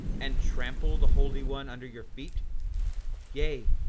and trample the holy one under your feet yea,